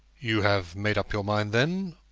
you have made up your mind, then,